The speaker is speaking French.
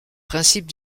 principes